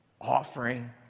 offering